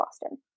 Boston